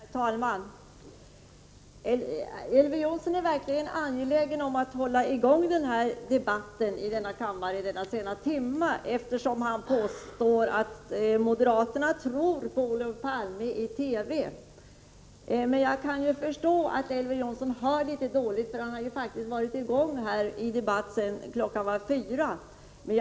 Herr talman! Elver Jonsson är verkligen angelägen om att hålla i gång debatten i denna sena timme. Han påstår att moderaterna tror på Olof Palme i TV. Jag kan förstå att Elver Jonsson hör litet dåligt, för han har varit med i debatten sedan kl. 16.00.